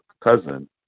cousin